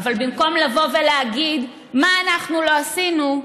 אבל במקום לבוא ולהגיד מה אנחנו לא עשינו,